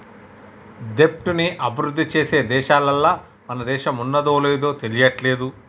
దెబ్ట్ ని అభిరుద్ధి చేసే దేశాలల్ల మన దేశం ఉన్నాదో లేదు తెలియట్లేదు